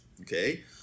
okay